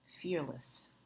fearless